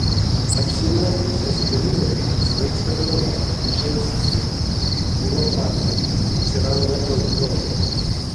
apsinuodijus aspirinu svaigsta galva ūžia ausyse pila prakaitas atsiranda euforija